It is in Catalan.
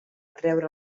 treure